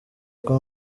kuko